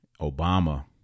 Obama